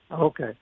Okay